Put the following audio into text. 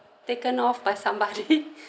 taken off by somebody